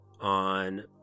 on